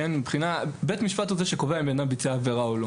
שבית המשפט קובע אם בן אדם ביצע עבירה או לא.